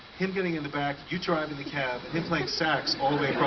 him getting in the back, you driving the cab, him playing sax all day